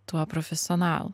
tuo profesionalu